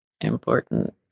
important